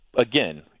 again